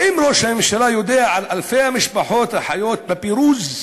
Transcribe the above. האם ראש הממשלה יודע על אלפי המשפחות החיות בפירוד,